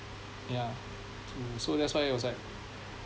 yeah to so that's why it was like